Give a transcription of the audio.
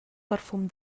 perfum